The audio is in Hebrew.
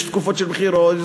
יש תקופות של בחירות,